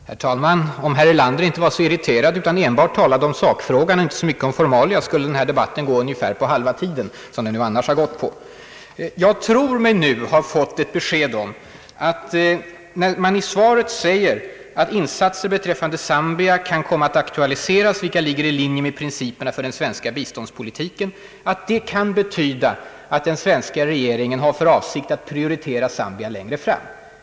Herr talman! Om herr Erlander inte vore så irriterad utan enbart talade om sakfrågan och inte så mycket om formalia, så skulle den här debatten bli klar på ungefär halva tiden. Jag tror mig nu ha fått ett besked om att när det i svaret sägs att insatser beträffande Zambia kan komma att aktualiseras, vilka ligger i linje med principerna för den svenska biståndspolitiken, så kan detta möjligen betyda att den svenska regeringen har för avsikt att prioritera Zambia längre fram.